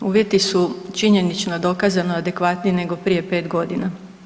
Uvjeti su činjenično dokazano adekvatniji nego prije 5.g.